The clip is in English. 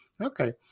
Okay